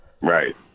Right